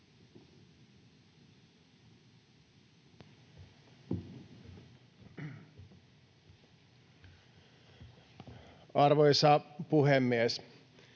Arvoisa puhemies!